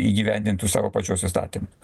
įgyvendintų savo pačios įstatymus